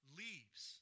leaves